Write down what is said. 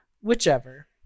Whichever